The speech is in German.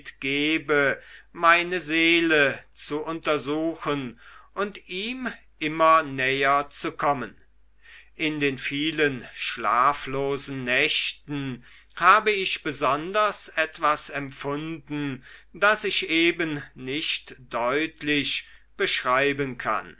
gebe meine seele zu untersuchen und ihm immer näher zu kommen in den vielen schlaflosen nächten habe ich besonders etwas empfunden das ich eben nicht deutlich beschreiben kann